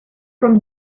from